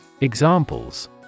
Examples